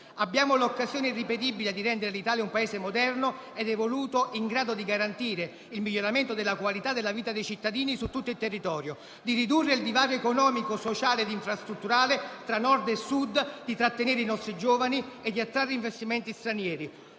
Abbiamo l'occasione irripetibile di rendere l'Italia un Paese moderno ed evoluto, in grado di garantire il miglioramento della qualità della vita dei cittadini su tutto il territorio, di ridurre il divario economico, sociale e infrastrutturale tra Nord e Sud, di trattenere i nostri giovani e di attrarre investimenti stranieri.